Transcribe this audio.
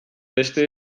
beste